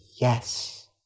yes